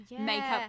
makeup